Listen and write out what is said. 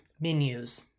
menus